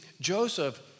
Joseph